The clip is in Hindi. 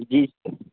जी सर